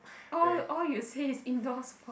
all all you say is indoor sport